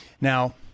Now